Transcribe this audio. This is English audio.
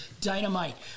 Dynamite